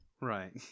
Right